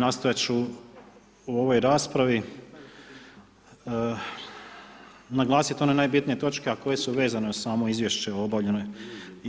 Nastojati ću u ovoj raspravi naglasiti one najbitnije točke, a koje su vezane uz samo izvješće o